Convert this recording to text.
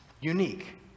unique